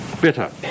bitter